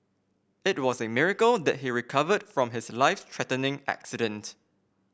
it was a miracle that he recovered from his life threatening accident